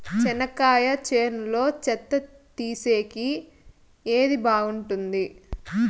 చెనక్కాయ చేనులో చెత్త తీసేకి ఏది బాగుంటుంది?